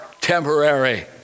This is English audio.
temporary